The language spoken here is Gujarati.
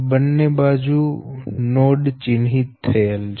બંને બાજુ નોડ ચિહ્નિત થયેલ છે